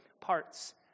parts